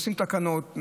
עושים תקנות,